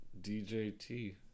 DJT